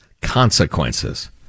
consequences